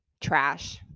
trash